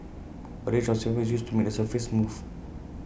A range of sandpaper is used to make the surface smooth